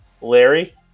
Larry